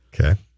Okay